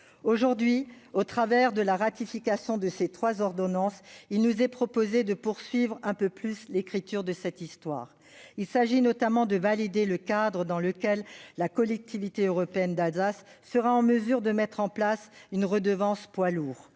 Aujourd'hui, au travers de la ratification de ces trois ordonnances, il nous est proposé de poursuivre un peu plus l'écriture de cette histoire. Il s'agit notamment de valider le cadre dans lequel la Collectivité européenne d'Alsace sera en mesure de mettre en place une redevance poids lourds.